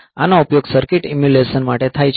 આનો ઉપયોગ circuit emulation માટે થાય છે